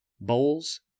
bowls